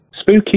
Spooky